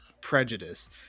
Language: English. prejudice